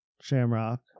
Shamrock